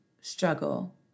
struggle